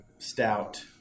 stout